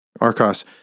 Arcos